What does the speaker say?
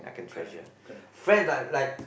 correct correct